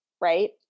right